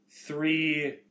three